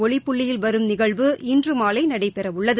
ஒளிப்புள்ளியில் வரும் நிகழ்வு இன்று மாலை நடைபெறவுள்ளது